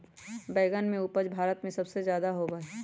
बैंगन के उपज भारत में सबसे ज्यादा होबा हई